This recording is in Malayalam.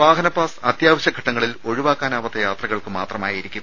വാഹനപാസ് അത്യാവശ്യഘട്ടങ്ങളിൽ ഒഴിവാക്കാനാവാത്ത യാത്രകൾക്ക് മാത്രമായിരിക്കും